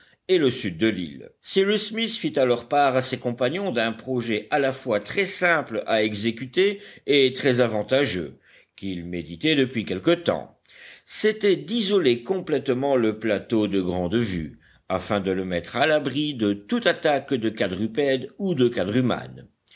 et le sud de l'île cyrus smith fit alors part à ses compagnons d'un projet à la fois très simple à exécuter et très avantageux qu'il méditait depuis quelque temps c'était d'isoler complètement le plateau de grande vue afin de le mettre à l'abri de toute attaque de quadrupèdes ou de